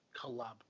collab